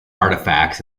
artifacts